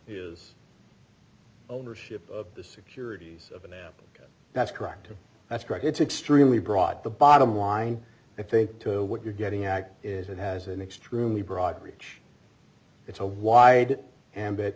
is ownership of the securities of an amp that's correct that's correct it's extremely broad the bottom line i think to what you're getting at is it has an extremely broad reach it's a wide a